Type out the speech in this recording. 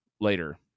later